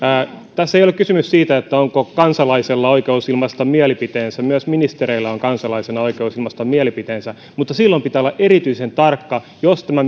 tässä ei ole kysymys siitä onko kansalaisella oikeus ilmaista mielipiteensä myös ministereillä on kansalaisena oikeus ilmaista mielipiteensä mutta silloin pitää olla erityisen tarkka jos tämä